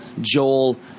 Joel